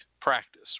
practice